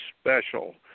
special